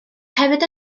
hefyd